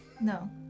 No